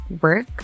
work